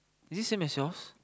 is it same as yours